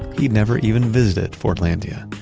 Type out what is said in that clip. he'd never even visited fordlandia.